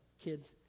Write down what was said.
kids